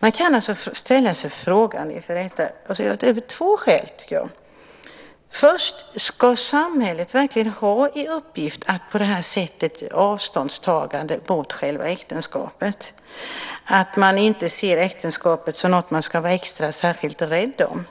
Man kan fråga: Ska samhället verkligen ha i uppgift att på detta sätt göra ett avståndstagande mot själva äktenskapet, att man inte ser äktenskapet som något som man ska vara särskilt rädd om